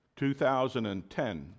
2010